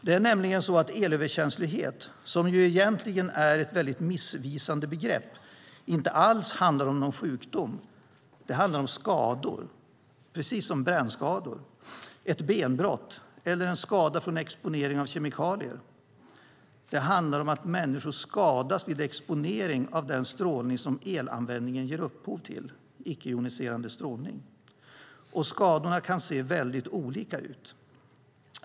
Det är nämligen så att elöverkänslighet, som ju egentligen är ett väldigt missvisande begrepp, inte alls handlar om någon sjukdom. Det handlar om skador, precis som brännskador, ett benbrott eller en skada från exponering av kemikalier. Det handlar om att människor skadas vid exponering av den strålning som elanvändningen ger upphov till, icke-joniserande strålning. Skadorna kan se väldigt olika ut.